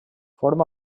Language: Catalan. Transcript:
forma